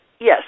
Yes